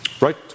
Right